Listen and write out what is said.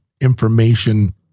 information